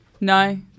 No